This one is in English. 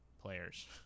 players